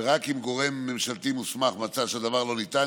ורק אם הגורם הממשלתי המוסמך מצא שהדבר לא ניתן,